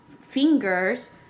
fingers